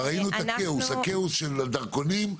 כבר ראינו את הכאוס של הדרכונים.